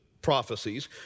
prophecies